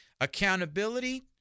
Accountability